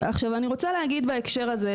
עכשיו אני רוצה להגיד בהקשר הזה,